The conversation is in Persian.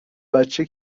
بچه